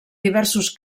diversos